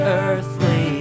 earthly